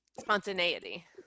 Spontaneity